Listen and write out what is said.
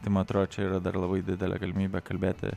tai man atrodo čia yra dar labai didelė galimybė kalbėti